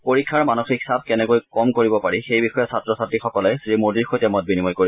পৰীক্ষাৰ মানসিক চাপ কেনেকৈ কম কৰিব পাৰি সেই বিষয়ে ছাত্ৰ ছাত্ৰীসকলে শ্ৰীমোদীৰ সৈতে মত বিনিময় কৰিব